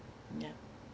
ya